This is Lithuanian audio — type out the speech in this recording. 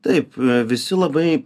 taip visi labai